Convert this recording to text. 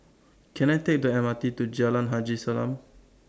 Can I Take The M R T to Jalan Haji Salam